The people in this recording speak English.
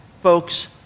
folks